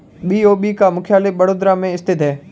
BOB का मुख्यालय बड़ोदरा में स्थित है